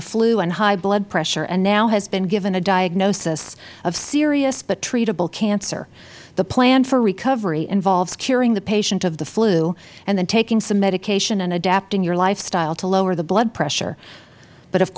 the flu and high blood pressure and now has been given a diagnosis of serious but treatable cancer the plan for recovery involves curing the patient of the flu and then taking some medication and adapting your lifestyle to lower the blood pressure but of